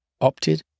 opted